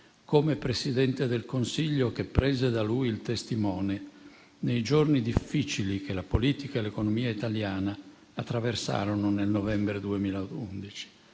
come presidente del Consiglio che prese da lui il testimone nei giorni difficili che la politica e l'economia italiana attraversarono nel novembre 2011.